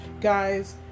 guys